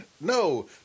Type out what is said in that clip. No